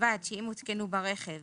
ובלבד שאם הותקנו ברכב